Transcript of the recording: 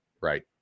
right